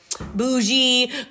bougie